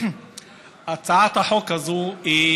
הצעת החוק הזאת,